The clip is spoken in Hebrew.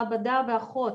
מעבדה ואחות,